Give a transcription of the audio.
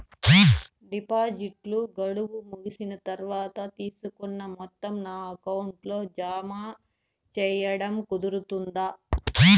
డిపాజిట్లు గడువు ముగిసిన తర్వాత, తీసుకున్న మొత్తం నా అకౌంట్ లో జామ సేయడం కుదురుతుందా?